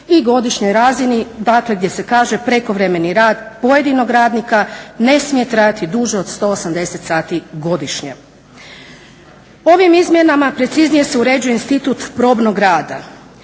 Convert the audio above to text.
i godišnjoj razini dakle gdje se kaže prekovremeni rad pojedinog radnika ne smije trajati duže od 180 sati godišnje. Ovim izmjenama preciznije se uređuje institut probnog rada.